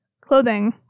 clothing